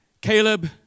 Caleb